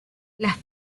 las